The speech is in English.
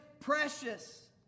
precious